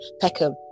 peckham